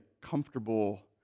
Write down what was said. comfortable